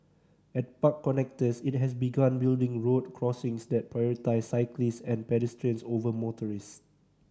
at park connectors it has begun building road crossings that prioritise cyclist and pedestrians over motorist